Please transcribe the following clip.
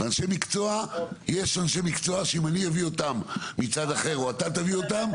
ויש אנשי מקצוע שאם אני אביא אותם מצד אחר או אתה תביא אותם,